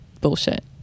bullshit